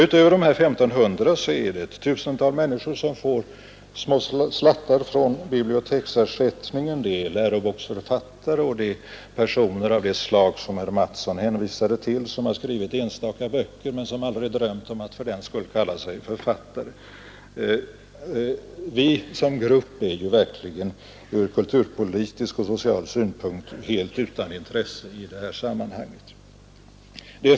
Utöver dessa 1 500 personer är det ett tusental personer som får små slantar i biblioteksersättning; det är läroboksförfattare och personer av det slag som herr Mattsson hänvisade till, nämligen de som har skrivit enstaka böcker men som aldrig drömt om att för den skull kalla sig författare. De är som grupp verkligen ur kulturpolitisk och social synpunkt helt utan intresse i detta sammanhang.